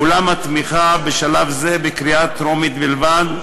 אולם התמיכה בשלב זה היא בקריאה טרומית בלבד,